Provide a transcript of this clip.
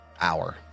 hour